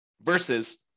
versus